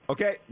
Okay